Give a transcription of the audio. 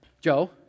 Joe